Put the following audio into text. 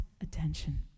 attention